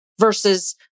versus